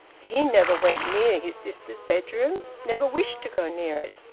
he never went near his sisters' bedroom, never wished to go near it,